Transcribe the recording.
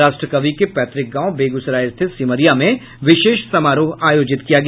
राष्ट्र कवि के पैतृक गांव बेगूसराय स्थित सिमरिया में विशेष समारोह आयोजित किया गया